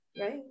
Right